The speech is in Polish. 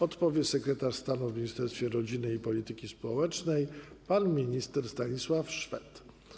Odpowie sekretarz stanu w Ministerstwie Rodziny i Polityki Społecznej pan minister Stanisław Szwed.